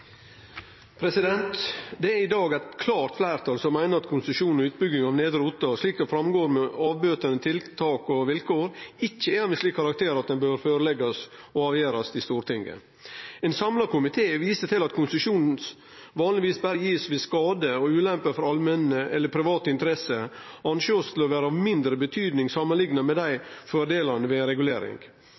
ta. Det er i dag eit klart fleirtal som meiner at konsesjon for og utbygging av Nedre Otta, slik det framgår med avbøtande tiltak og vilkår, ikkje er av ein slik karakter at det bør føreleggjast og avgjerast i Stortinget. Ein samla komité viser til at konsesjon vanlegvis berre blir gitt dersom skadar eller ulemper for allmenne eller private interesser blir ansett for å vere av mindre betydning samanlikna med fordelane ved ei regulering.